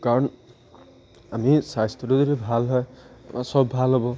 কাৰণ আমি স্বাস্থ্যটো যদি ভাল হয় আমাৰ চব ভাল হ'ব